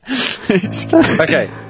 okay